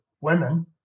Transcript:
women